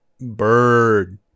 Bird